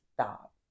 stop